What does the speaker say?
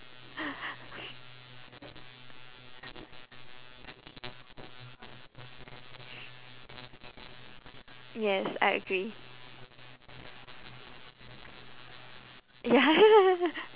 yes I agree ya